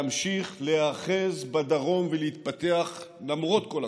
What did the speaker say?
להיאחז בדרום ולהתפתח למרות כל הקושי.